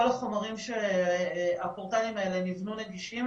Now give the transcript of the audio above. כל החומרים שהפורטלים האלה נבנו נגישים,